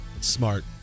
Smart